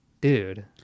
dude